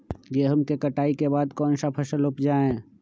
गेंहू के कटाई के बाद कौन सा फसल उप जाए?